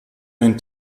ein